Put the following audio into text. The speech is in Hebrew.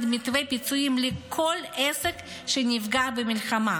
מתווה פיצויים לכל עסק שנפגע במלחמה,